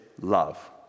love